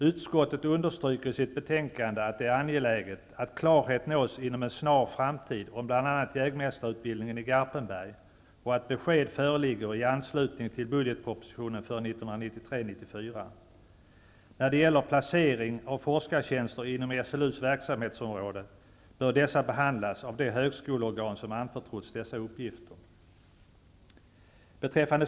Utskottet understryker i sitt betänkande att det är angeläget att klarhet nås inom en snar framtid i bl.a. frågan om jägmästarutbildningen i Garpenberg och att besked föreligger i anslutning till budgetpropositionen för 1993/94. När det gäller placering av forskartjänster inom SLU:s verksamhetsområde bör dessa behandlas av de högskoleorgan som har anförtrotts dessa utgifter.